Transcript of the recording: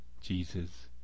Jesus